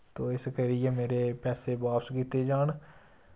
तो इस करियै मेरे पैसे बाप्स कीत्ते जान